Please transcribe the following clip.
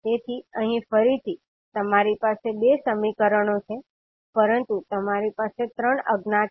તેથી અહીં ફરીથી તમારી પાસે 2 સમીકરણો છે પરંતુ તમારી પાસે 3 અજ્ઞાત છે